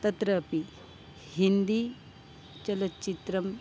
तत्रापि हिन्दी चलचित्रम्